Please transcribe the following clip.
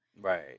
right